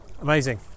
Amazing